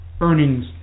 earnings